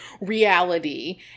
reality